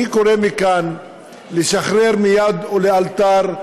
אני קורא מכאן לשחרר מייד, לאלתר,